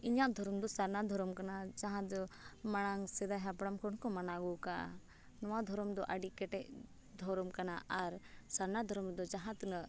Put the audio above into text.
ᱤᱧᱟᱹᱜ ᱫᱷᱚᱨᱚᱢ ᱫᱚ ᱥᱟᱨᱱᱟ ᱫᱷᱚᱨᱚᱢ ᱠᱟᱱᱟ ᱡᱟᱦᱟᱸ ᱫᱚ ᱢᱟᱲᱟᱝ ᱥᱮᱫᱟᱭ ᱦᱟᱯᱲᱟᱢ ᱠᱷᱚᱱ ᱠᱚ ᱢᱟᱱᱟᱣ ᱟᱹᱜᱩ ᱟᱠᱟᱫᱼᱟ ᱱᱚᱣᱟ ᱫᱷᱚᱨᱚᱢ ᱫᱚ ᱟᱹᱰᱤ ᱠᱮᱴᱮᱡ ᱫᱷᱚᱨᱚᱢ ᱠᱟᱱᱟ ᱟᱨ ᱥᱟᱨᱱᱟ ᱫᱷᱚᱨᱚᱢ ᱫᱚ ᱡᱟᱦᱟᱸ ᱛᱤᱱᱟᱹᱜ